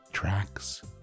Tracks